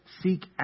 seek